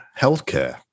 healthcare